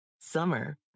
Summer